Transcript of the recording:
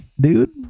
Dude